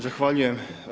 Zahvaljujem.